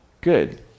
Good